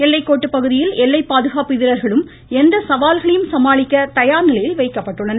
எல்லைக்கோட்டு பகுதியில் எல்லை பாதுகாப்பு வீரர்களும் எந்த சவால்களையும் சமாளிக்க தயார் நிலையில் வைக்கப்பட்டுள்ளனர்